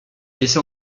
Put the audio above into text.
essaie